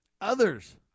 Others